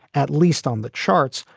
at least on the charts,